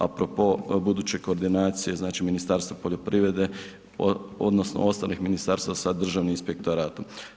Apropo buduće koordinacije, znači Ministarstva poljoprivrede, odnosno ostalih ministarstva sa Državnim inspektoratom.